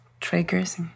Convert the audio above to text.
triggers